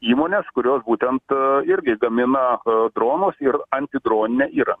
įmones kurios būtent irgi gamina dronus ir antidroninę įrangą